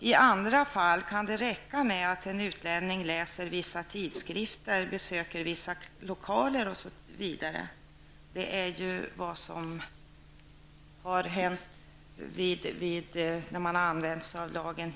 I andra fall räcker det med att en utlänning läser vissa tidskrifter, besöker vissa lokaler osv. Så har det ju varit hittills när man har använt lagen.